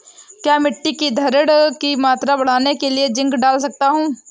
क्या मिट्टी की धरण की मात्रा बढ़ाने के लिए जिंक डाल सकता हूँ?